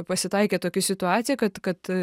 pasitaikė tokia situacija kad kad